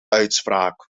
uitspraak